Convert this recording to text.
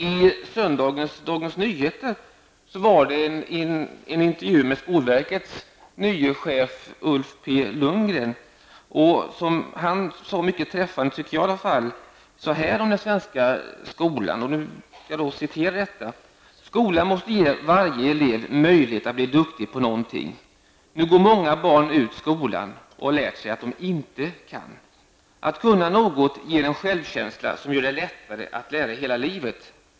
I söndagens Dagens Nyheter var det en intervju med skolverkets nya chef Ulf P Lundgren som träffande sade så här om den svenska skolan: ''Skolan måste ge varje elev möjlighet att bli duktig på någonting. Nu går många barn ut skolan och har lärt sig att de inte kan. Att kunna något ger en självkänsla som gör det lättare att lära hela livet''.